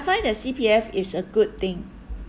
find that C_P_F is a good thing